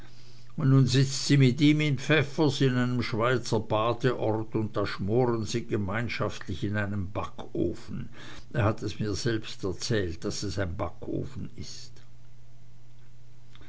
und nu sitzt sie mit ihm in pfäffers einem schweizer badeort und da schmoren sie gemeinschaftlich in einem backofen er hat es mir selbst erzählt daß es ein backofen is